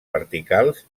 verticals